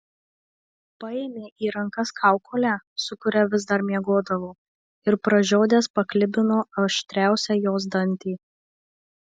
paėmė į rankas kaukolę su kuria vis dar miegodavo ir pražiodęs paklibino aštriausią jos dantį